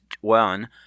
one